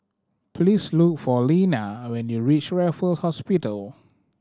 please look for Linna when you reach Raffle Hospital